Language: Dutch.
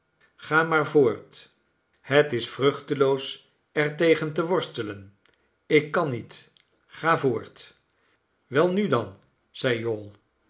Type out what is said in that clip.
ga maar voort het is vruchteloos er tegen te worstelen ik kan niet ga voort welnu dan zeide jowl